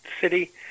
city